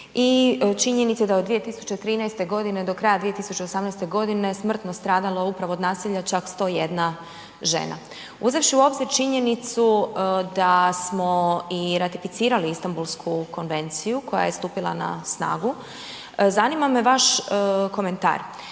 i činjenici da od 2013. g. do kraja 2018. smrtno je stradalo upravo od nasilja čak 101 žena. Uzevši u obzir činjenicu da smo i ratificirali Istanbulsku konvenciju koja je stupila na snagu, zanima me vaš komentar.